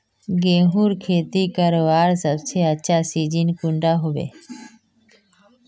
गेहूँर खेती करवार सबसे अच्छा सिजिन कुंडा होबे?